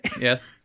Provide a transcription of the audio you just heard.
Yes